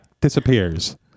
disappears